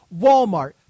Walmart